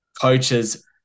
coaches